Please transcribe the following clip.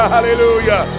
Hallelujah